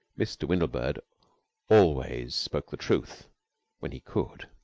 mr. windlebird always spoke the truth when he could.